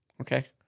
Okay